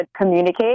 communicate